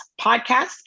podcast